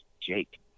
jake